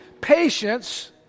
Patience